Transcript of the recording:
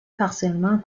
partiellement